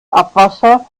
abwasser